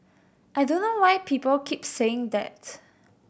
I don't know why people keep saying that